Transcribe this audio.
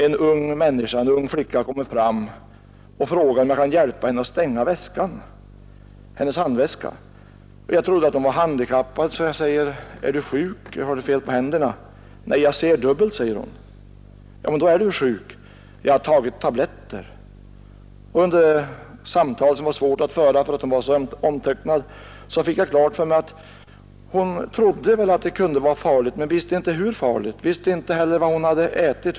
En ung flicka kom fram och frågade om jag kunde hjälpa henne att stänga hennes handväska. Jag trodde att hon var handikappad, så jag sade: Är du sjuk, har del fel på händerna? ”Nej, jag ser dubbelt” sade hon. Ja, men då är du ju sjuk. Jag har rätt tabletter, svarade hon. Och under samtalet, som var svårt att föra därför att hon var så omtöcknad, fick jag klart för mig att hon trodde att det kunde vara farligt, men hon visste inte hur farligt det var och visste inte heller vad hon hade ätit.